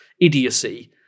idiocy